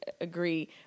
agree